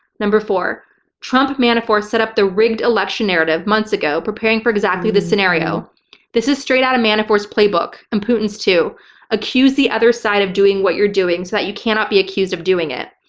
four trump manafort set-up the rigged election narrative months ago preparing for exactly thisscenario. this is straight out of manafort's playbook, and putin's, too accuse the other side of doing what you're doing so that you cannot be accused of doing it.